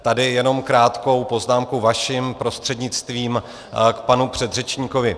Tady jenom krátkou poznámku vaším prostřednictvím k panu předřečníkovi.